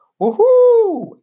Woohoo